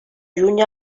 juny